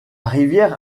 rivière